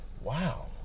Wow